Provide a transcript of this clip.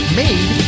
made